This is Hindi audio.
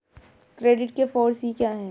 क्रेडिट के फॉर सी क्या हैं?